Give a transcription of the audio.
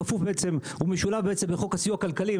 שמשולב בחוק הסיוע הכלכלי,